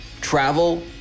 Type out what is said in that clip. travel